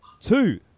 Two